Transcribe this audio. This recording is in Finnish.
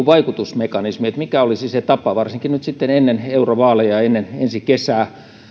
vaikutusmekanismiin mikä olisi se tapa varsinkin nyt sitten ennen eurovaaleja ennen ensi kesää